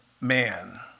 man